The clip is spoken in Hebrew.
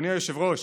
אדוני היושב-ראש,